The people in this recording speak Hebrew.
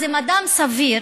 אז אם אדם סביר